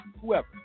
whoever